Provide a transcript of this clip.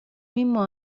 mismo